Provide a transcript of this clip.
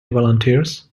volunteers